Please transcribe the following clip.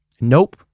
nope